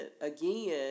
again